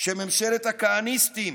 שממשלת הכהניסטים,